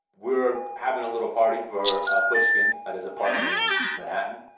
we're having a little party for pushkin at his apartment in manhattan,